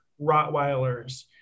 Rottweilers